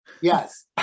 Yes